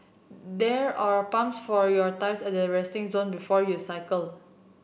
there are pumps for your tyres at the resting zone before you cycle